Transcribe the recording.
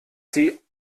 sie